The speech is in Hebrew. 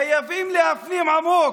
חייבים להפנים, לעומק,